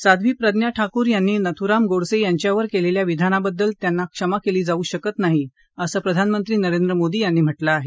साध्वी प्रज्ञा ठाकूर यांनी नथुराम गोडसे यांच्यावर केलेल्या विधानाबद्दल त्यांना क्षमा केली जावू शकत नाही असं प्रधानमंत्री नरेंद्र मोदी यांनी म्हटलं आहे